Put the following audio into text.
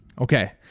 Okay